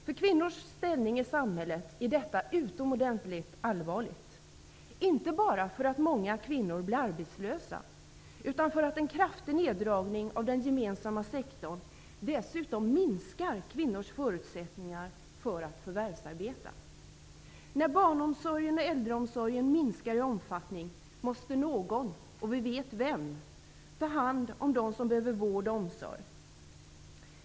För kvinnors ställning i samhället är detta utomordentligt allvarligt, inte bara därför att många kvinnor blir arbetslösa utan också därför att en kraftig neddragning av den gemensamma sektorn dessutom minskar kvinnors förutsättningar för att förvärvsarbeta. När barnomsorgen och äldreomsorgen minskar i omfattning måste ''någon'' -- vi vet vem -- ta hand om dem som behöver vård och omsorg.